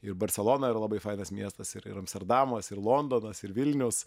ir barselona yra labai fainas miestas ir ir amsterdamas ir londonas ir vilnius